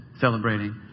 celebrating